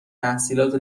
تحصیلات